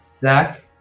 Zach